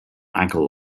ankle